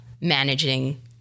managing